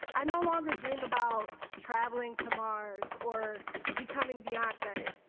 i no longer dream about traveling to mars or becoming beyonce.